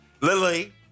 Lily